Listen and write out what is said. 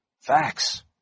Facts